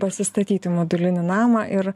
pasistatyti modulinį namą ir